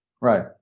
Right